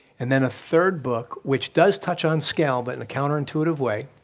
and then a third book, which does touch on scale but and counterintuitive way,